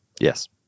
Yes